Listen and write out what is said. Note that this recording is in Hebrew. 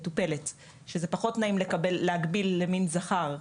שזה פחות נעים לקבל ולהגביל למין זכר,